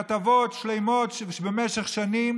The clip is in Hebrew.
כתבות שלמות, במשך שנים.